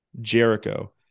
Jericho